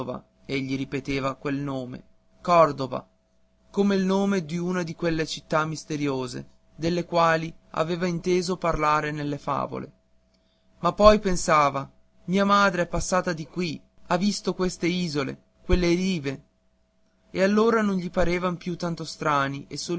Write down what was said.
cordova egli ripeteva quel nome cordova come il nome d'una di quelle città misteriose delle quali aveva inteso parlare nelle favole ma poi pensava mia madre è passata di qui ha visto queste isole quelle rive e allora non gli parevan più tanto strani